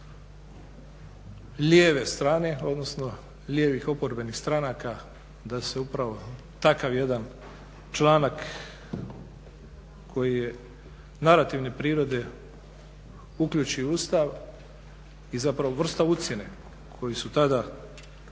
lijeve strane odnosno lijevih oporbenih stranaka da se upravo jedan takav članak koji je narativne prirode uključi u Ustav je zapravo vrsta ucjene koju su tada proveli,